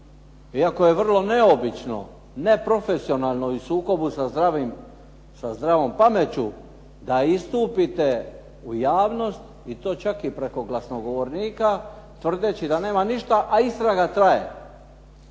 iako je vrlo neobično, neprofesionalno i u sukobu sa zdravom pameću da istupite u javnost i to čak i preko glasnogovornika tvrdeći da nema ništa, a istraga traje